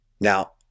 Now